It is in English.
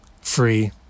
free